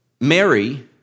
Mary